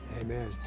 Amen